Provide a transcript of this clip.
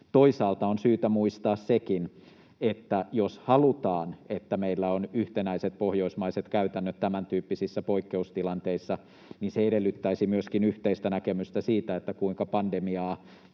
Toisaalta on syytä muistaa sekin, että jos halutaan, että meillä on yhtenäiset pohjoismaiset käytännöt tämäntyyppisissä poikkeustilanteissa, niin se edellyttäisi myöskin yhteistä näkemystä siitä, kuinka pandemiaa